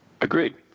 Agreed